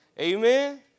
Amen